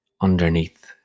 underneath